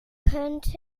könnten